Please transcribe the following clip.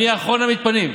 אני אחרון המתפנים.